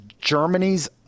Germany's